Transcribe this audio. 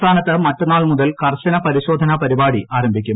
സംസ്ഥാന്ത്ത് മറ്റന്നാൾ മുതൽ കർശന പരിശോധന പരിപാടി ആരംഭൂിക്കും